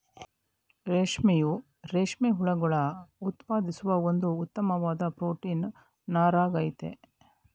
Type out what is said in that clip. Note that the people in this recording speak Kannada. ರೇಷ್ಮೆಯು ರೇಷ್ಮೆ ಹುಳುಗಳು ಉತ್ಪಾದಿಸುವ ಒಂದು ಉತ್ತಮ್ವಾದ್ ಪ್ರೊಟೀನ್ ನಾರಾಗಯ್ತೆ